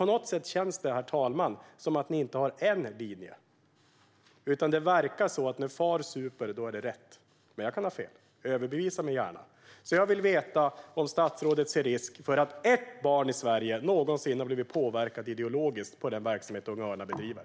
På något sätt känns det som att ni inte har en linje, utan det verkar som att när far super är det rätt. Men jag kan ha fel. Överbevisa mig gärna. Jag vill veta om statsrådet ser en risk för att ett barn i Sverige någonsin har blivit påverkat ideologiskt i den verksamhet som Unga Örnar bedriver?